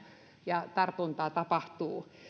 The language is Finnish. ja tapahtuuko tartuntaa